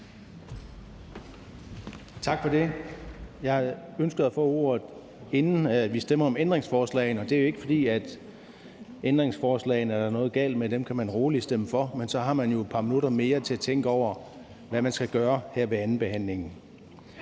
Tak for det. Jeg ønskede at få ordet, inden vi stemmer om ændringsforslagene, og det er ikke, fordi der er noget galt med ændringsforslagene. Dem kan man roligt stemme for. Man så har man jo et par minutter mere til at tænke over, hvad man skal gøre her ved andenbehandlingen.